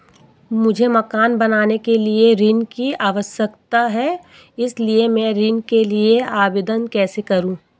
मुझे मकान बनाने के लिए ऋण की आवश्यकता है इसलिए मैं ऋण के लिए आवेदन कैसे करूं?